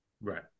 right